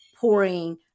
pouring